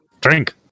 Drink